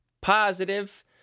positive